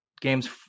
games